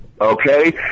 okay